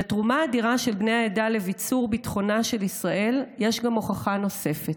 לתרומה האדירה של בני העדה לביצור ביטחונה של ישראל יש גם הוכחה נוספת,